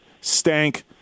Stank